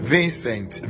Vincent